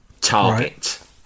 Target